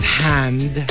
hand